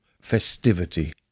festivity